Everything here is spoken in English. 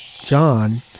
John